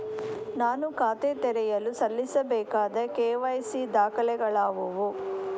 ನಾನು ಖಾತೆ ತೆರೆಯಲು ಸಲ್ಲಿಸಬೇಕಾದ ಕೆ.ವೈ.ಸಿ ದಾಖಲೆಗಳಾವವು?